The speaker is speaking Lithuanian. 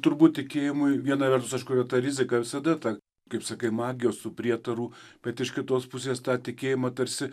turbūt tikėjimui viena vertus aišku ta rizika visada ta kaip sakai magijos tų prietarų bet iš kitos pusės tą tikėjimą tarsi